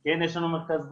כן יש לנון מרכז בריאות,